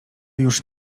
już